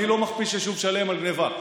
אני לא מכפיש יישוב שלם על גנבה,